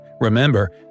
Remember